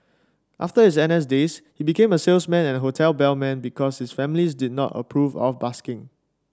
after his N S days he became a salesman and hotel bellman because his family did not approve of busking